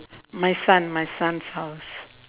my son my son's house